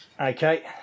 Okay